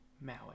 Maui